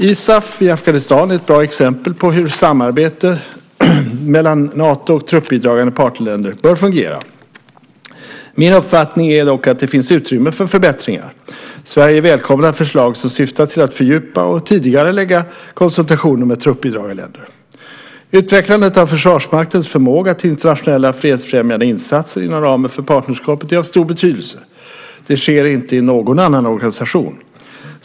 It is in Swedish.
ISAF i Afghanistan är ett bra exempel på hur samarbetet mellan Nato och truppbidragande partnerländer bör fungera. Min uppfattning är dock att det finns utrymme för förbättringar. Sverige välkomnar förslag som syftar till att fördjupa och tidigarelägga konsultationer med truppbidragarländer. Utvecklandet av Försvarsmaktens förmåga till internationella fredsfrämjande insatser inom ramen för partnerskapet är av stor betydelse. Det sker inte i någon annan organisation.